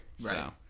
Right